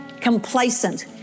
complacent